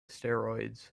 steroids